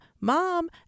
mom